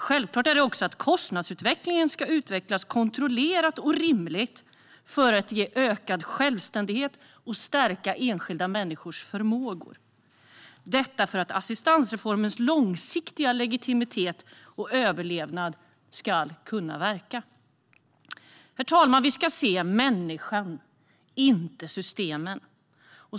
Självklart ska också kostnadsutvecklingen utvecklas kontrollerat och rimligt för att ge människor ökad självständighet och stärka enskilda människors förmågor, detta med tanke på assistansreformens långsiktiga legitimitet och överlevnad. Herr talman! Vi ska se människan, inte systemen.